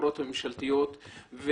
בחברות הממשלתיות,